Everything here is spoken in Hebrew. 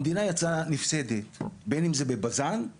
המדינה יצאה נפסדת, בין אם זה בבז"ן או